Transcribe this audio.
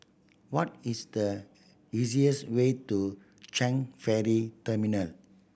what is the easiest way to Changi Ferry Terminal